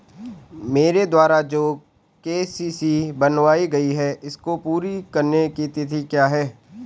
मेरे द्वारा जो के.सी.सी बनवायी गयी है इसको पूरी करने की तिथि क्या है?